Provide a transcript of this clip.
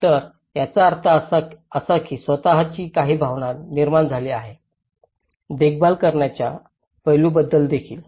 तर याचा अर्थ असा की स्वत ची काही भावना निर्माण झाली आहे देखभाल करण्याच्या पैलूबद्दल देखील